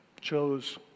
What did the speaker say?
chose